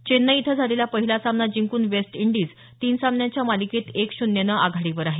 चेन्नई इथं झालेला पहिला सामना जिंकून वेस्ट इंडिज तीन सामन्यांच्या मालिकेत एक शून्यनं आघाडीवर आहे